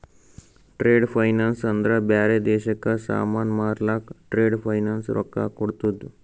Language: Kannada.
ಟ್ರೇಡ್ ಫೈನಾನ್ಸ್ ಅಂದ್ರ ಬ್ಯಾರೆ ದೇಶಕ್ಕ ಸಾಮಾನ್ ಮಾರ್ಲಕ್ ಟ್ರೇಡ್ ಫೈನಾನ್ಸ್ ರೊಕ್ಕಾ ಕೋಡ್ತುದ್